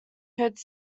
code